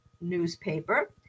newspaper